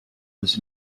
was